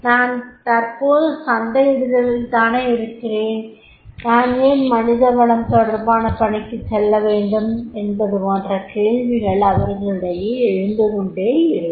நான் தற்போது சந்தையிடுதலில் தானே இருக்கிறேன் நான் ஏன் மனித வளம் தொடர்பான பணிக்குச் செல்லவேண்டும் என்பது போன்ற கேள்விகள் அவர்களிடையே எழுந்துகொண்டே இருக்கும்